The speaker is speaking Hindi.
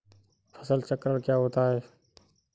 फसल चक्रण क्या होता है?